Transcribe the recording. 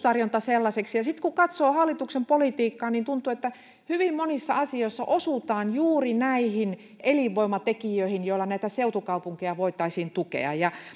koulutustarjonta sellaiseksi ja sitten kun katsoo hallituksen politiikkaa niin tuntuu että hyvin monissa asioissa osutaan juuri näihin elinvoimatekijöihin joilla näitä seutukaupunkeja voitaisiin tukea